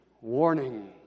warning